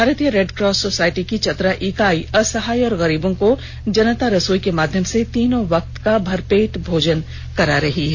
भारतीय Red Cross Society की चतरा इकाई असहाय और गरीबों को जनता रसोई के माध्यम से तीनों वक्त भरपेट भोजन करा रही है